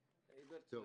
ראשונה.